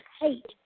hate